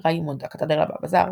ריימונד, הקתדרלה והבזאר.